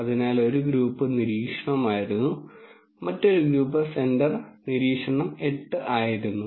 അതിനാൽ ഒരു ഗ്രൂപ്പ് നിരീക്ഷണമായിരുന്നു മറ്റൊരു ഗ്രൂപ്പ് സെന്റർ നിരീക്ഷണം 8 ആയിരുന്നു